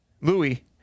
Louis